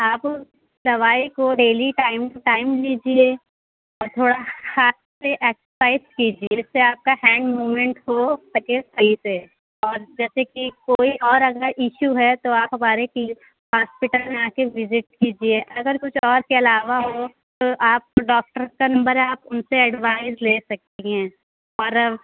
آپ دوائی کو ڈیلی ٹائم ٹو ٹائم لیجیے اور تھوڑا ہاتھ سے ایکسرسائز کیجیے جس سے آپ کا ہینڈ موومینٹ ہو سکے صحیح سے اور جیسے کہ کوئی اور اگر ایشو ہے تو آپ ہمارے کی ہاسپیٹل میں آ کے وزٹ کیجیے اگر کچھ اور اس کے علاوہ ہو تو آپ کو ڈاکٹر کا نمبر ہے آپ ان سے ایڈوائز لے سکتی ہیں اور